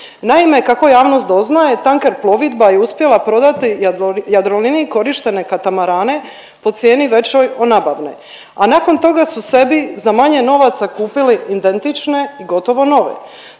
Naime, kako javnost doznaje Tanker plovidba je uspjela prodati Jadroliniji korištene katamarane po cijeni većoj od nabavne, a nakon toga su sebi za manje novaca kupili identične gotovo nove.